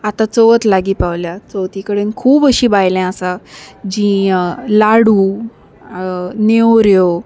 आतां चवथ लागीं पावल्या चवथी कडेन खूब अशीं बायलां आसा जीं लाडू नेवऱ्यो